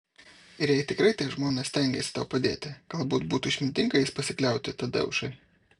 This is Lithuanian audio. ir jei tikrai tie žmonės stengiasi tau padėti galbūt būtų išmintinga jais pasikliauti tadeušai